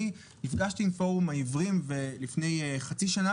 נפגשתי עם פורום העיוורים לפני כחצי שנה